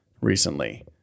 recently